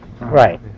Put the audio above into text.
Right